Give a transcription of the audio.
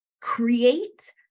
create